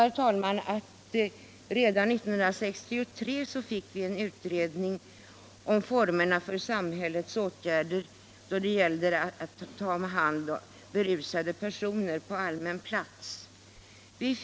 Redan 1963 fick vi en utredning om formerna för samhällets åtgärder då det gäller att ta hand om berusade personer på allmän plats.